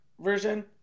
version